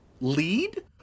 lead